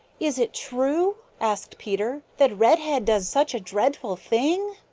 is it true, asked peter, that redhead does such a dreadful thing?